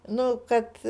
nu kad